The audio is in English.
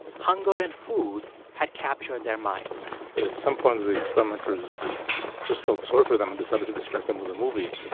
hunger and food had captured their minds at some point, the experimenters just felt sorry for them and decided to distract them with a movie.